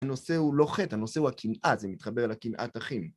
הנושא הוא לא חטא, הנושא הוא הקנאה, זה מתחבר לקנאת אחים.